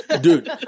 Dude